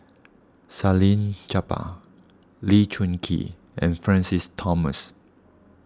Salleh Japar Lee Choon Kee and Francis Thomas